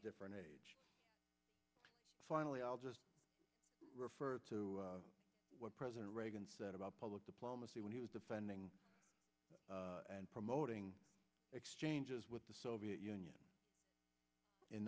different age finally i'll just refer to what president reagan said about public diplomacy when he was defending and promoting exchanges with the soviet union in